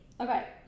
Okay